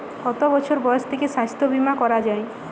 কত বছর বয়স থেকে স্বাস্থ্যবীমা করা য়ায়?